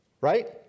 right